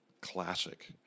classic